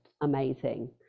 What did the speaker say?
amazing